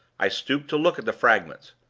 i stooped to look at the fragments.